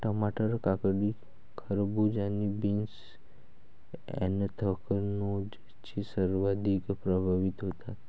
टमाटर, काकडी, खरबूज आणि बीन्स ऍन्थ्रॅकनोजने सर्वाधिक प्रभावित होतात